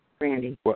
Randy